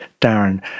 Darren